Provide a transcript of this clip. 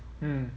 mm